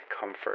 comfort